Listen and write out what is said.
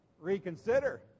reconsider